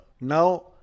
Now